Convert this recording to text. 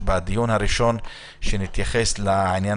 שבדיון הראשון שנקיים נתייחס לעניין